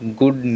good